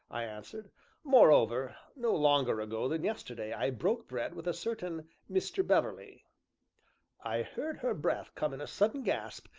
i answered moreover, no longer ago than yesterday i broke bread with a certain mr. beverley i heard her breath come in a sudden gasp,